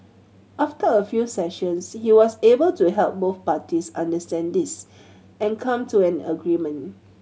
after a few sessions he was able to help both parties understand this and come to an agreement